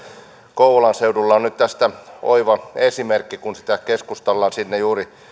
kouvolan seudulla on nyt tästä oiva esimerkki kun sitä keskusta ollaan sinne juuri